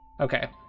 Okay